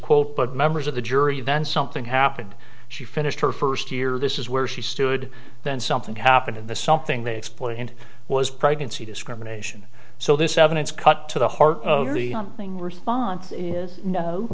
quote but members of the jury then something happened she finished her first year this is where she stood then something happened in the something they explained was pregnancy discrimination so this evidence cut to the heart of thing response is no